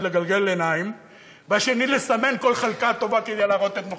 אחד לגלגל עיניים והשני לסמן כל חלקה טובה כדי להראות את נוכחותו.